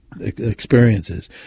experiences